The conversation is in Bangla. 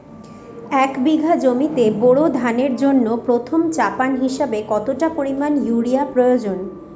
এক বিঘা জমিতে বোরো ধানের জন্য প্রথম চাপান হিসাবে কতটা পরিমাণ ইউরিয়া প্রয়োজন?